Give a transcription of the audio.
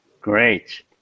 great